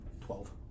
Twelve